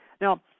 Now